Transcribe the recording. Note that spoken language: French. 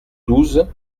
douze